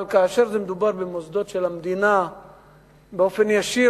אבל כאשר מדובר במוסדות המדינה באופן ישיר,